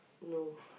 no